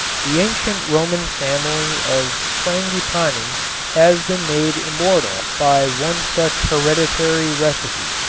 the ancient roman family of frangipani has been made immortal by one such hereditary recipe.